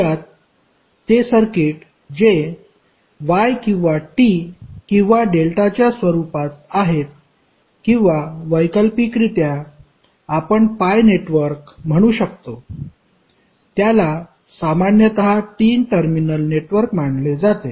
मुळात ते सर्किट जे Y किंवा T किंवा डेल्टाच्या स्वरूपात आहेत किंवा वैकल्पिकरित्या आपण पाय नेटवर्क म्हणू शकतो त्याला सामान्यत 3 टर्मिनल नेटवर्क मानले जाते